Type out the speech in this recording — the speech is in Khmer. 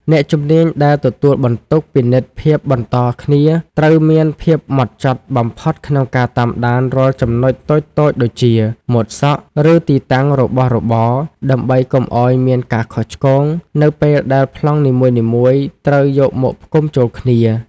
អ្នកជំនាញដែលទទួលបន្ទុកពិនិត្យភាពបន្តគ្នាត្រូវមានភាពហ្មត់ចត់បំផុតក្នុងការតាមដានរាល់ចំណុចតូចៗដូចជា ម៉ូដសក់ ឬទីតាំងរបស់របរ ដើម្បីកុំឱ្យមានការខុសឆ្គងនៅពេលដែលប្លង់នីមួយៗត្រូវយកមកផ្គុំចូលគ្នា។